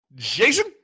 Jason